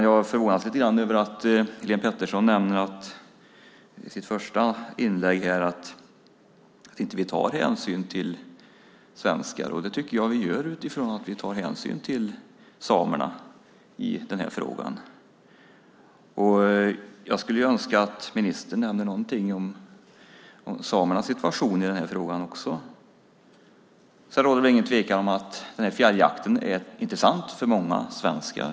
Jag förvånas lite över att Helén Pettersson i sitt första inlägg hävdade att vi inte tar hänsyn till svenskar. Det tycker jag att vi gör i och med att vi tar hänsyn till samerna i den här frågan. Jag skulle önska också att ministern nämnde något om samernas situation. Sedan råder det inget tvivel om att fjälljakten är intressant för många svenskar.